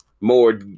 more